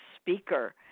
speaker